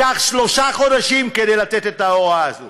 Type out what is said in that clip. לקח שלושה חודשים כדי לתת את ההוראה הזאת.